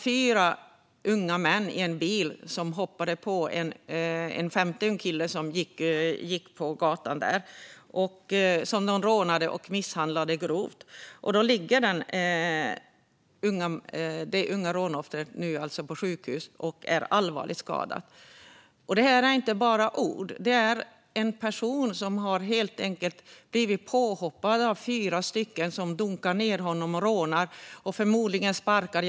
Fyra unga män i en bil hoppade på en ung kille som gick på gatan och rånade och misshandlade honom grovt. Nu ligger det här unga rånoffret på sjukhus med allvarliga skador. Det här är inte bara ord, utan det handlar om en person som har blivit påhoppad av fyra andra personer som dunkat ned honom, rånat honom och förmodligen sparkat honom.